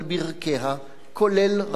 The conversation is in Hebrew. כולל רעיון הטרנספר.